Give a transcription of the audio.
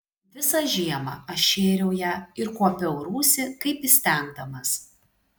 visą žiemą aš šėriau ją ir kuopiau rūsį kaip įstengdamas